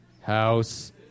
house